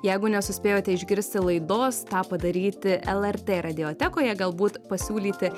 jeigu nesuspėjote išgirsti laidos tą padaryti lrt radiotekoje galbūt pasiūlyti